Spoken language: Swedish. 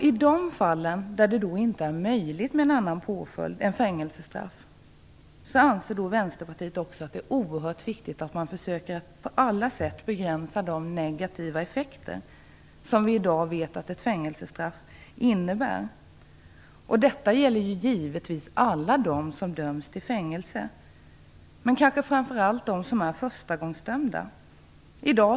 I de fall där det inte är möjligt med en annan påföljd än fängelsestraff anser Vänsterpartiet att det är oerhört viktigt att man på alla sätt försöker begränsa de negativa effekter som vi i dag vet att ett fängelsestraff innebär. Detta gäller givetvis alla dem som döms till fängelse, men kanske framför allt dem som är förstagångsdömda.